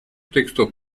textos